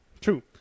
True